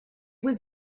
was